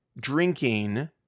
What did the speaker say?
drinking